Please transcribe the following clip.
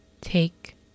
take